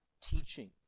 teaching